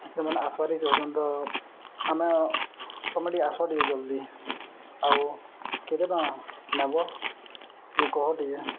ସେଥିମାନେ ଆସ୍ବା ଲାଗି ଚାହୁଁଛନ୍ତି ତ ଆମେ ତମେ ଟିକେ ଆସ ଟିକେ ଜଲ୍ଦି ଆଉ କେତେ ଟଙ୍କା ନବ ଟିକେ କହ ଟିକେ